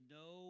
no